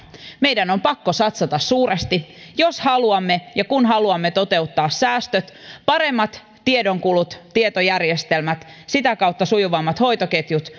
meidän on pakko satsata suuresti jos haluamme ja kun haluamme toteuttaa säästöt paremmat tiedonkulut tietojärjestelmät sitä kautta sujuvammat hoitoketjut